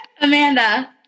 Amanda